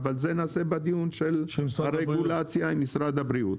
על זה נדבר בדיון על הרגולציה של משרד הבריאות.